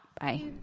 Bye